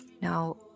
Now